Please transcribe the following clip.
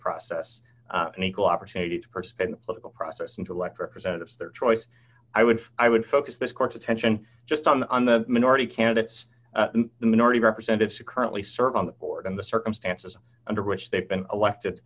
process an equal opportunity to participate in a political process and to elect representatives their choice i would i would focus this court's attention just on on the minority candidates the minority representatives to currently serve on the board in the circumstances under which they've been elected